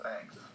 Thanks